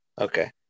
Okay